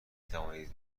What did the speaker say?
توانید